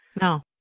No